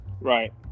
right